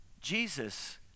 Jesus